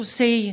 say